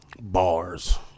Bars